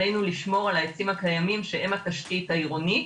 עלינו לשמור על העצים הקיימים שהם התשתית העירונית,